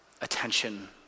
attention